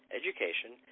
education